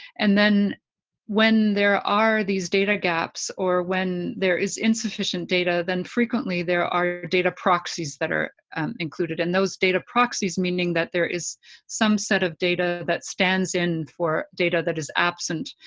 and then when there are these data gaps or when there is insufficient data, then frequently, there are data proxies that are included. and those data proxies meaning that there is some set of data that stands in for data that is absent.